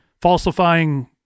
falsifying